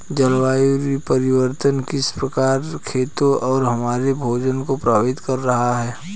जलवायु परिवर्तन किस प्रकार खेतों और हमारे भोजन को प्रभावित कर रहा है?